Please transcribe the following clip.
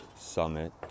summit